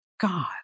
God